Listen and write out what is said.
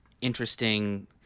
interesting –